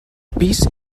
pis